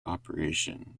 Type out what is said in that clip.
operation